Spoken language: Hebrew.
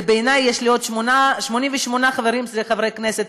ובעיניי יש לי עוד 88 חברים חברי כנסת,